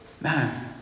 Man